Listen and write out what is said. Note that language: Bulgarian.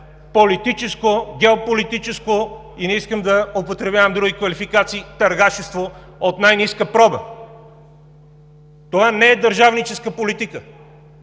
политическо, геополитическо, и не искам да употребявам други квалификации – търгашество от най ниска проба! То не е държавническа политика.